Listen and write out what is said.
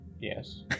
Yes